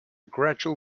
gradual